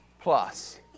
plus